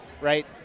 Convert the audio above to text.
right